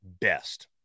best